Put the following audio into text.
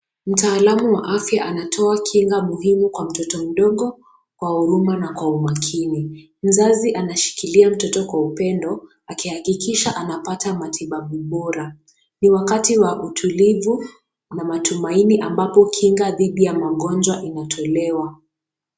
Mtaalamu wa afya anatoa kinga muhimu kwa mtoto mdogo kwa huruma na kwa umakini. Mzazi anashikilia mtoto kwa upendo aki hakikisha anapata matibabu bora. Ni wakati wa utulivu na matumaini ambapo kinga dhidi ya magonjwa inatolewa.